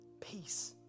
Peace